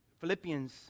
Philippians